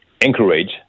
encourage